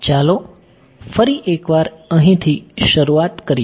ચાલો ફરી એક વાર અહીંથી શરૂઆત કરીએ